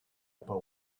upper